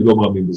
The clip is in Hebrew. אני לא מאמין בזה.